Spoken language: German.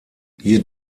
hier